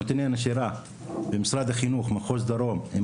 נתוני הנשירה במשרד החינוך מחוז דרום הם